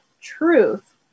truth